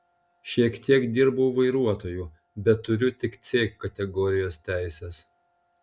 šiek tiek dirbau vairuotoju bet turiu tik c kategorijos teises